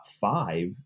five